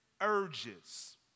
urges